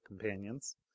companions